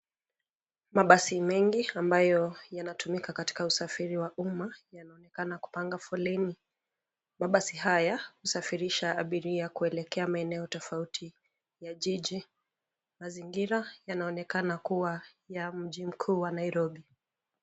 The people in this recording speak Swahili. Mabasi mengi ambayo yanatumika katika usafiri wa umma yanaonekana kupanga foleni. Mabasi haya husafirisha abiria kuelekea maeneo tofauti ya jiji. Mazingira yanaonekana kuwa ya mji mkuu wa Nairobi.